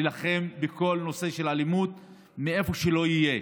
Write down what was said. להילחם בכל נושא של אלימות איפה שלא יהיה.